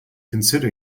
consider